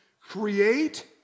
Create